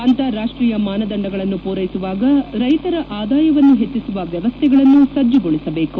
ಅಂತಾರಾಷ್ಟೀಯ ಮಾನದಂಡಗಳನ್ನು ಪೂರೈಸುವಾಗ ರೈತರ ಆದಾಯವನ್ನು ಹೆಚ್ಚಿಸುವ ವ್ಯವಸ್ಥೆಗಳನ್ನು ಸಜ್ಜುಗೊಳಿಸಬೇಕು